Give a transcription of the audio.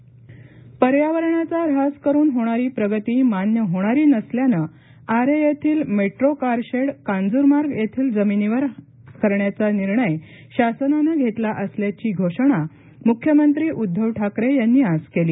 ठाकरे पर्यावरणाचा ऱ्हास करून होणारी प्रगती मान्य होणारी नसल्याने आरे येथील मेट्रो कारशेड कांजूरमार्ग येथील सरकारी जमिनीवर करण्याचा निर्णय शासनानं घेतला असल्याची घोषणा मुख्यमंत्री उद्घव ठाकरे यांनी आज केली